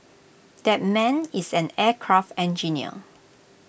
that man is an aircraft engineer